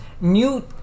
New